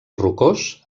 rocós